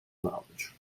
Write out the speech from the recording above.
knowledge